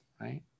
right